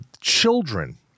Children